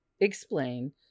explain